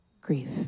grief